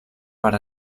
per